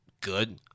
good